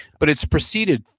but it's proceeded,